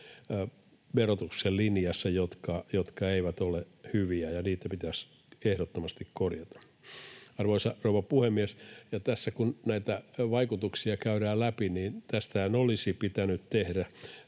tekijöitä, jotka eivät ole hyviä, ja niitä pitäisi ehdottomasti korjata. Arvoisa rouva puhemies! Tässä kun näitä vaikutuksia käydään läpi, niin tästähän olisi pitänyt tehdä